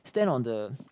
stand on the